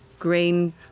Grain